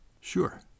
Sure